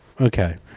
Okay